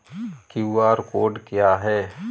QR code क्या है?